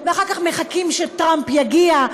אחר כך מחכים שטראמפ יגיע,